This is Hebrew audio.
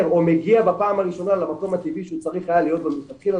או מגיע בפעם הראשונה למקום הטבעי שהיה צריך להיות מלכתחילה,